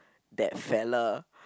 that fellow